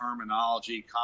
terminology